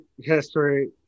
History